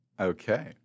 Okay